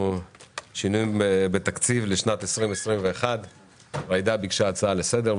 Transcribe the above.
שינויים בתקציב לשנת 2021. ג'ידא ביקשה הצעה לסדר.